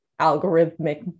algorithmic